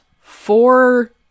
four